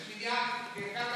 יש מניין?